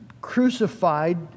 crucified